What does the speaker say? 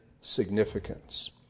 significance